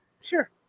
Sure